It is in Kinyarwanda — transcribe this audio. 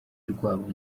rwabo